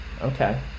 okay